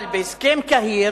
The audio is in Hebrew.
אבל בהסכם קהיר